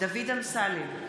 דוד אמסלם,